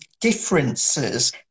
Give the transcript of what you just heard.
differences